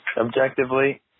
objectively